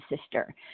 sister